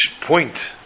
point